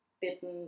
bitten